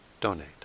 donate